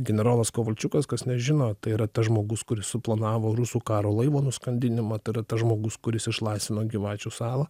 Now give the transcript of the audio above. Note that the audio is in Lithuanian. generolas kovalčiukas kas nežino tai yra tas žmogus kuris suplanavo rusų karo laivo nuskandinimą tai yra tas žmogus kuris išlaisvino gyvačių salą